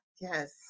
Yes